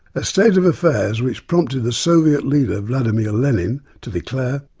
a state of affairs which prompted the soviet leader vladimir lenin to declare,